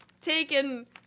taken